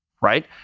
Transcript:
right